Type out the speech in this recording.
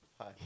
hi